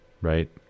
right